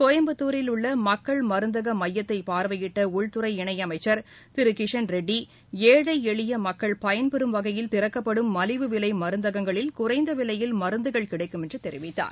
கோயம்புத்தூரில் உள்ளமக்கள் மருந்தகமையத்தைபார்வையிட்டஉள்துறை இணையமைச்சர் திருகிஷன் ரெட்டி ஏழை எளியமக்கள் பயன்பெறும் வகையில் திறக்கப்படும் மலிவு விலைமருந்தகங்களில் குறைந்தவிலையில் மருந்துகள் கிடைக்கும் என்றுதெரிவித்தார்